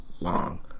Long